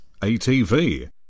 ATV